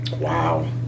wow